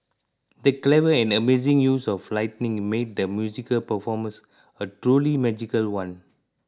the clever and amazing use of lighting made the musical performance a truly magical one